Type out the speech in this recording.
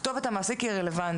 הכתובת של המעסיק היא רלוונטית.